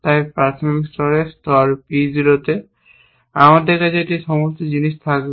তাই প্রাথমিক স্তরে স্তর P 0 এ আমাদের কাছে এই সমস্ত জিনিস থাকবে